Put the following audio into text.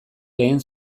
lehen